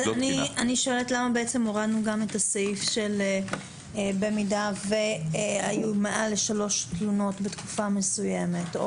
למה הורדנו גם את הסעיף שאם היו מעל 3 תלונות בתקופה מסוימת,